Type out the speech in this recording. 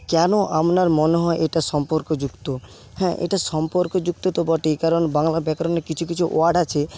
কেন আপনার মনে হয় এটা সম্পর্কযুক্ত হ্যাঁ এটা সম্পর্ক যুক্ত তো বটেই কারণ বাংলা ব্যাকরণে কিছু কিছু ওয়ার্ড আছে